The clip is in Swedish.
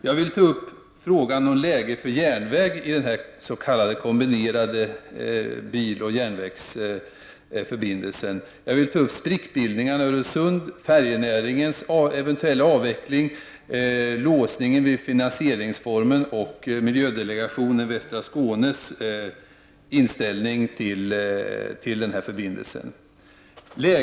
Jag vill ta upp frågan om placeringen av den här kombinerade järnvägsoch bilförbindelsen, sprickbildningarna i Öresund, färjenäringens eventuella avveckling, låsningen vid finansieringsformen och miljödelegationens för västra Skåne inställning till den här förbindelsen.